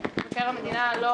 מבקר המדינה לא